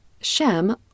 Shem